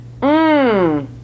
Mmm